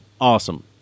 Awesome